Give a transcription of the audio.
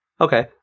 Okay